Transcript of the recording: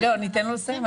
אז לא, ניתן לו לסיים.